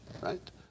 right